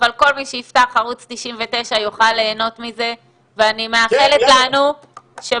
אבל כל מי שיפתח ערוץ 99 יוכל ליהנות מזה ואני מאחלת לנו שממש